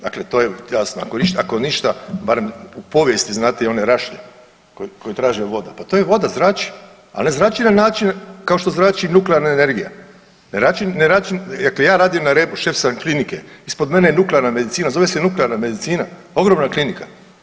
Dakle, to je jasno ako ništa barem u povijesti znate i one rašlje koje traže voda, pa to je i voda zrači, ali ne zrači na način kao što zrači nuklearna energija, ne …/nerazumljivo/… dakle ja radim na Rebru, šef sam klinike, ispod mene je nuklearna medicina, zove se nuklearna medicina, ogromna klinika.